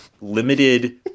limited